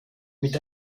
mit